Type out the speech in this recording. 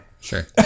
Sure